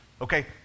Okay